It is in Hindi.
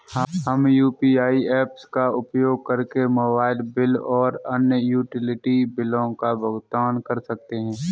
हम यू.पी.आई ऐप्स का उपयोग करके मोबाइल बिल और अन्य यूटिलिटी बिलों का भुगतान कर सकते हैं